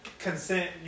consent